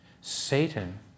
Satan